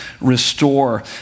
restore